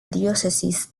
diócesis